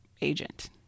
agent